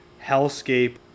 hellscape